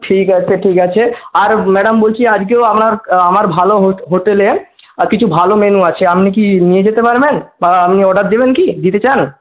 ঠিক আছে ঠিক আছে আর ম্যাডাম বলছি আজকেও আমরা আমার ভালো হোটেলে কিছু ভালো মেনু আছে আপনি কি নিয়ে যেতে পারবেন বা আপনি অর্ডার দেবেন কী দিতে চান